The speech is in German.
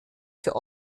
für